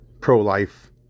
pro-life